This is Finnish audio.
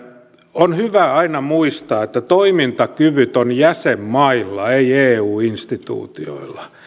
on hyvä aina muistaa että toimintakyvyt ovat jäsenmailla eivät eu instituutioilla